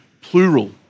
plural